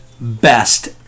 best